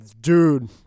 dude